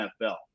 NFL